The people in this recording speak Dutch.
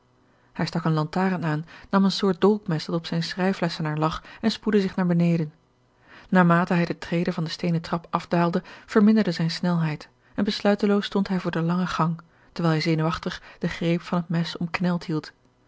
hij stak eene lantaarn aan nam een soort dolkmes dat op zijn schrijflessenaar lag en spoedde zich naar beneden naarmate bij de trede van den steenen trap afdaalde verminderde zijne snelheid en besluiteloos stond hij voor den langen gang terwijl hij zenuwachtig de george een ongeluksvogel greep van het mes omkneld hield